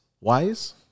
wise